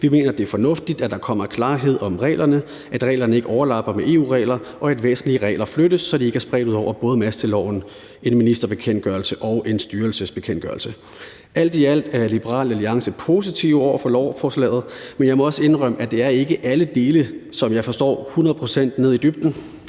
Vi mener, det er fornuftigt, at der kommer klarhed om reglerne, og at reglerne ikke overlapper EU-regler, og at væsentlige regler flyttes, så de ikke er spredt ud over både masteloven, en ministerbekendtgørelse og en styrelsesbekendtgørelse. Alt i alt er Liberal Alliance positive over for lovforslaget. Men jeg må også indrømme, at det ikke er alle dele, som jeg forstår hundrede procent ned i dybden.